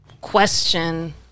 question